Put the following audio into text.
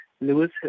Lewis